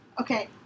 Okay